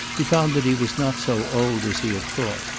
he found that he was not so old as he had thought.